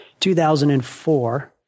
2004